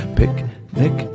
picnic